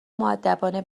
مودبانه